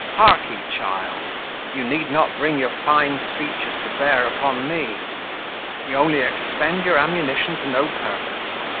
hark ye, child you need not bring your fine speeches to bear upon me you only expend your ammunition to no purpose.